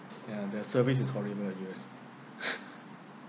and their service is horrible U_S